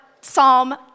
psalm